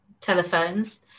telephones